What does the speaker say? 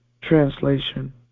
Translation